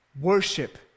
worship